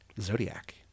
Zodiac